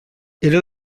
era